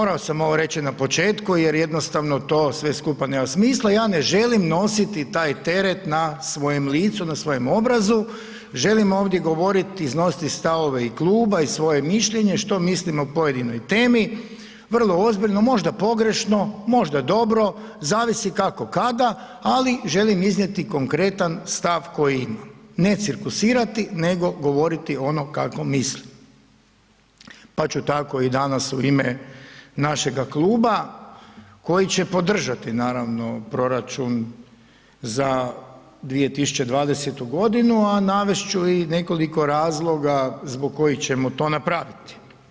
Morao sam ovo reći na početku jer jednostavno to sve skupa nema smisla, ja ne želim nositi taj teret na svojem licu, na svojem obrazu, želim ovdje govoriti, iznositi i stavove i kluba i svoje mišljenje što mislim o pojedinoj temi, vrlo ozbiljno, možda pogrešno, možda dobro, zavisi kako kada ali želim iznijeti konkretan stav koji imam, ne cirkusirati nego govoriti ono kako mislim pa ću tako i danas u ime našega kluba koji će podržati naravno proračun za 2020. godinu a navesti ću i nekoliko razloga zbog kojih ćemo to napraviti.